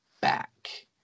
back